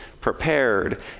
prepared